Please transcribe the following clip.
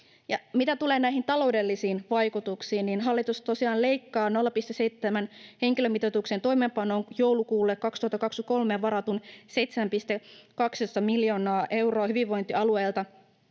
Mitä tulee näihin taloudellisiin vaikutuksiin, niin hallitus tosiaan leikkaa 0,7-henkilömitoituksen toimeenpanoon joulukuulle 2023 varatun 7,12 miljoonaa euroa hyvinvointialueilta